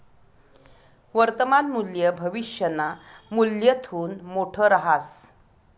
वर्तमान मूल्य भविष्यना मूल्यथून मोठं रहास